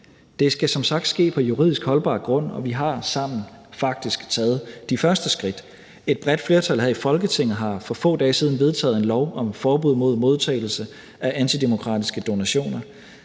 som sagt ske på juridisk holdbar grund, og vi har sammen faktisk taget de første skridt. Et bredt flertal her i Folketinget har for få dage siden vedtaget en lov om forbud mod modtagelse af antidemokratiske donationer.